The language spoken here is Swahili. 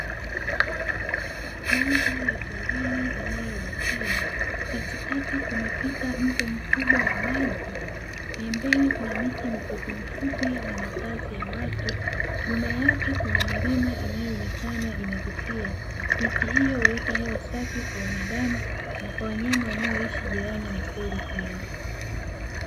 Mandhari ya porini inayovutia, katikati umepita mto mkubwa wa maji, pembeni kuna miti mifupimfupi na makazi ya watu, nyuma yake kuna milima inayoonekana inavutia. Miti hiyo huleta hewa safi kwa wanadamu na kwa wanyama wanaoishi jirani na pori hilo.